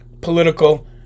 political